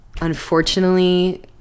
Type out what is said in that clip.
Unfortunately